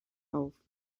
auf